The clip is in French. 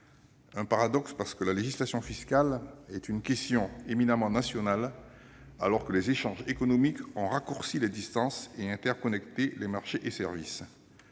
un paradoxe. En effet, la législation fiscale est une question éminemment nationale, alors que les échanges économiques ont raccourci les distances et interconnecté marchés et services.